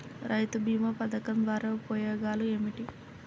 రైతు బీమా పథకం ద్వారా ఉపయోగాలు ఏమిటి?